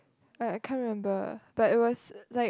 like I can't remember but it was like